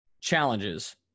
challenges